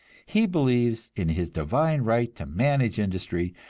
he believes in his divine right to manage industry,